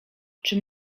czy